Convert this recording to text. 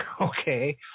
Okay